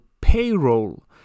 payroll